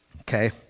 Okay